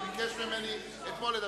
הוא ביקש ממני אתמול לדבר.